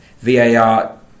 VAR